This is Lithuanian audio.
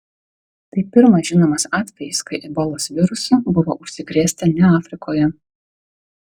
tai pirmas žinomas atvejis kai ebolos virusu buvo užsikrėsta ne afrikoje